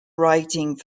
writing